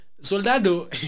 Soldado